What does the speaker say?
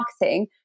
marketing